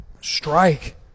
strike